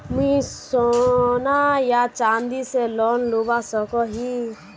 मुई सोना या चाँदी से लोन लुबा सकोहो ही?